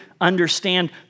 understand